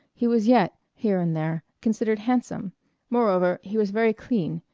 he was yet, here and there, considered handsome moreover, he was very clean,